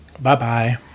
Bye-bye